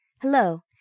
Hello